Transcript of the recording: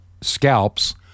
scalps